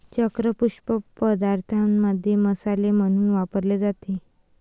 चक्र पुष्प पदार्थांमध्ये मसाले म्हणून वापरले जाते